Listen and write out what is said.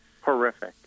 Horrific